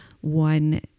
One